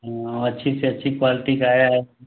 हाँ अच्छी से अच्छी क्वालिटी का आया है